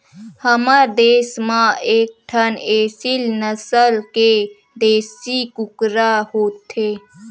हमर देस म एकठन एसील नसल के देसी कुकरा होथे